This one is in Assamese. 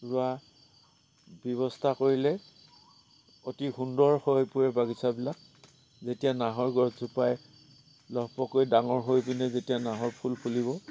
ৰোৱা ব্যৱস্থা কৰিলে অতি সুন্দৰ হৈ পৰে বাগিচাবিলাক যেতিয়া নাহৰ গছজোপাই লহপহকৈ যেতিয়া ডাঙৰ হৈ পিনি নাহৰ ফুল ফুলিব